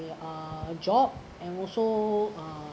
uh job and also uh